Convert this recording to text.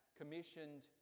commissioned